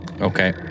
Okay